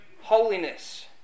holiness